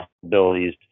possibilities